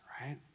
right